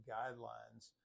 Guidelines